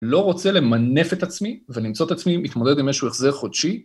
לא רוצה למנף את עצמי, ולמצוא את עצמי ולהתמודד עם איזשהו החזר חודשי